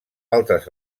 altres